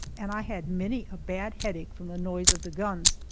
and i had many a bad headache from the noise of the guns.